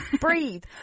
Breathe